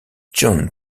john